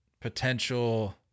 potential